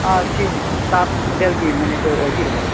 ꯑꯥ ꯁꯤ ꯇꯥꯖ ꯍꯣꯇꯦꯜꯒꯤ ꯃꯦꯅꯦꯖꯔ ꯑꯣꯏꯕꯤꯔꯕꯥ